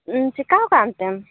ᱩ ᱪᱤᱠᱟᱹᱣᱟᱠᱟᱱᱛᱮᱢ